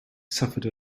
suffered